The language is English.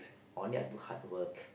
only I do hard work